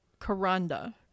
Karanda